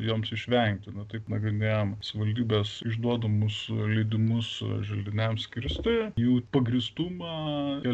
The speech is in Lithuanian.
joms išvengti nu taip nagrinėjom savivaldybės išduodamus leidimus želdiniams kirsti jų pagrįstumą ir